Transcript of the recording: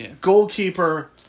goalkeeper